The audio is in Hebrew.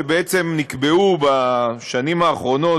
שבעצם נקבעו בשנים האחרונות,